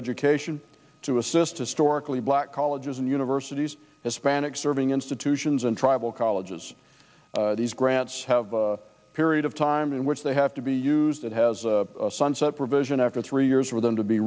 education to assist historically black colleges and universities hispanic serving institutions and tribal colleges these grants have a period of time in which they have to be used that has a sunset provision after three years for them to be